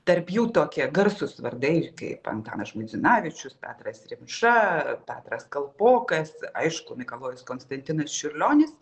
tarp jų tokie garsūs vardai kaip antanas žmuidzinavičius petras rimša petras kalpokas aišku mikalojus konstantinas čiurlionis